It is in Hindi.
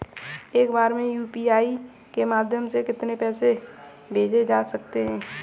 एक बार में यू.पी.आई के माध्यम से कितने पैसे को भेज सकते हैं?